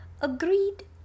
Agreed